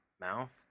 mouth